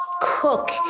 cook